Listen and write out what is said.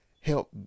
Help